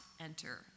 enter